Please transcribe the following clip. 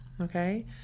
okay